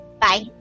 Bye